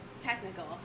technical